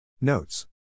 Notes